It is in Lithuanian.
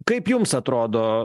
kaip jums atrodo